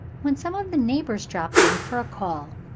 when some of the neighbors dropped in for a call.